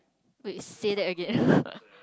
wait say that again